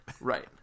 Right